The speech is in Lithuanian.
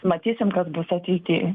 matysim kas bus ateity